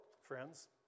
friends